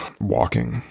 walking